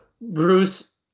Bruce